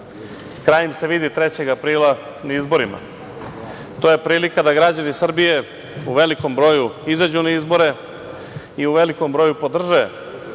Kraj im se vidi 3. aprila, na izborima. To je prilika da građani Srbije u velikom broju izađu na izbore i u velikom broju podrže